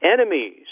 enemies